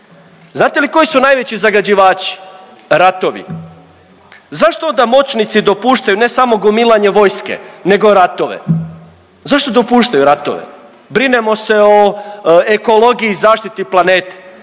Znate li koji su najveći zagađivači? Ratovi. Zašto onda moćnici dopuštaju ne samo gomilanje vojske nego ratove, zašto dopuštaju ratove? Brinemo se o ekologiji, zaštiti planete.